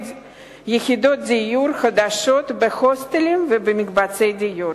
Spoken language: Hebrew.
יחידות דיור חדשות בהוסטלים ובמקבצי דיור,